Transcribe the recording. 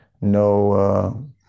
No